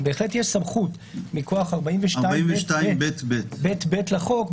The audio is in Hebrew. אבל בהחלט יש סמכות מכוח 42ב(ב) לחוק,